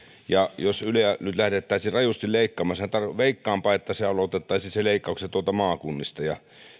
jos yleä nyt lähdettäisiin rajusti leikkaamaan veikkaanpa että aloitettaisiin ne leikkaukset maakunnista ja